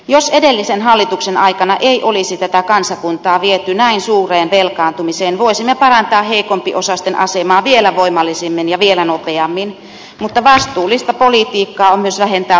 jos edellisen hallituksen aikana ei olisi tätä kansakuntaa viety näin suureen velkaantumiseen voisimme parantaa heikompiosaisten asemaa vielä voimallisemmin ja vielä nopeammin mutta vastuullista politiikkaa on myös vähentää valtionvelkaa